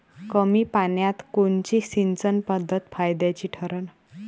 कमी पान्यात कोनची सिंचन पद्धत फायद्याची ठरन?